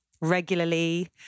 regularly